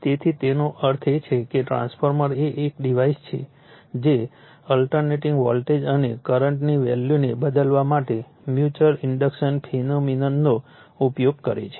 તેથી તેનો અર્થ એ છે કે ટ્રાન્સફોર્મર એ એક ડિવાઇસ છે જે ઓલ્ટરનેટીંગ વોલ્ટેજ અને કરંટની વેલ્યૂને બદલવા માટે મ્યુચ્યુઅલ ઇન્ડક્ટન્સ ફેનોમિનનનો ઉપયોગ કરે છે